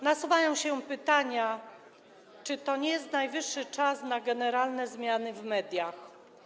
Nasuwają się pytania: Czy to nie jest najwyższy czas na generalne zmiany w mediach?